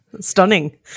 Stunning